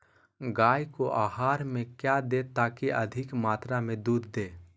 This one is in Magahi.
गाय को आहार में क्या दे ताकि अधिक मात्रा मे दूध दे?